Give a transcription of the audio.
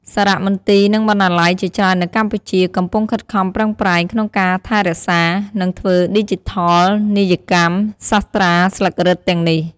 សារមន្ទីរ និងបណ្ណាល័យជាច្រើននៅកម្ពុជា កំពុងខិតខំប្រឹងប្រែងក្នុងការថែរក្សា និងធ្វើឌីជីថលនីយកម្មសាស្រ្តាស្លឹករឹតទាំងនេះ។